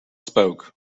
spoke